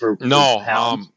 No